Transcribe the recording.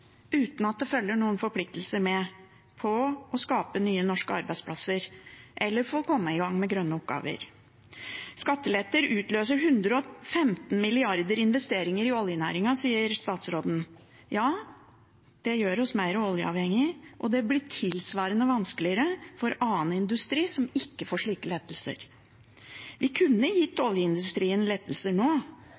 uten at det følger med noen forpliktelser om å skape nye, norske arbeidsplasser, eller komme i gang med grønne oppgaver. Skatteletter utløser 115 mrd. kr til investeringer i oljenæringen, sier statsråden. Ja, det gjør oss mer oljeavhengig, og det blir tilsvarende vanskeligere for annen industri, som ikke får slike lettelser. Vi kunne gitt oljeindustrien lettelser nå,